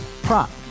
Prop